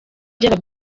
cy’aba